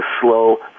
slow